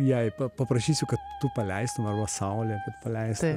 jei paprašysiu kad tu paleistumei mano saulę paleisi